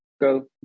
Go